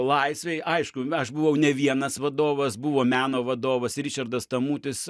laisvėj aišku na aš buvau ne vienas vadovas buvo meno vadovas ričardas tamutis